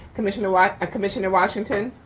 commissioner ah commissioner washington.